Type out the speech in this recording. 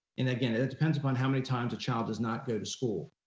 and again, it depends upon how many times a child does not go to school.